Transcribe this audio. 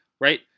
Right